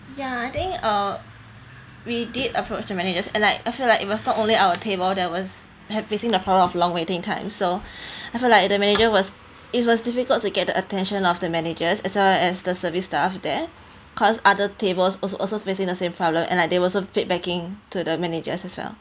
yeah I think uh we did approach the managers and like I feel like it was not only our table that was had facing the problem of long waiting time so I feel like the manager was it was difficult to get the attention of the managers as well as the service staff there cause other tables also also facing the same problem and like they were also keep begging to the managers as well